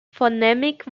phonemic